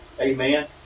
amen